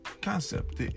concept